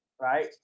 right